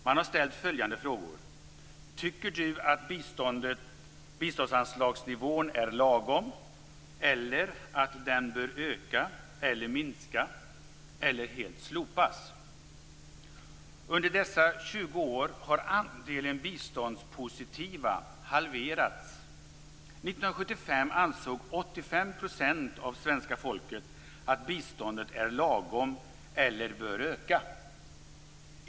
Man har ställt följande frågor: "Tycker du att biståndsanslagsnivån är lagom? Tycker du att den bör höjas? Tycker du att den bör sänkas? Tycker du att biståndet helt bör slopas?" Under dessa 20 år har andelen biståndspositiva halverats. 1975 ansåg 85 % av svenska folket att biståndet är lagom eller bör öka.